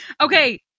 Okay